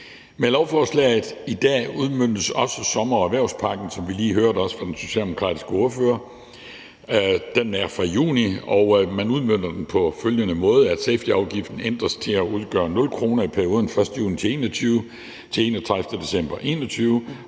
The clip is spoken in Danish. Med lovforslaget i dag udmøntes også sommer- og erhvervspakken, som vi også lige hørte fra den socialdemokratiske ordfører. Den er fra juni, og man udmønter den på følgende måde: Safetyafgiften ændres til at udgøre 0 kr. i perioden den 1. juni 2021 til den 31. december 2021,